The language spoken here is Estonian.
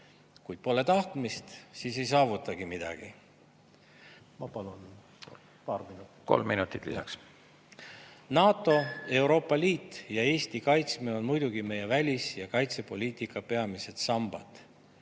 Kui pole tahtmist, siis ei saavutagi midagi. Ma palun paar minutit veel. Kolm minutit lisaks. NATO, Euroopa Liit ja Eesti kaitsmine on muidugi meie välis- ja kaitsepoliitika peamised sambad,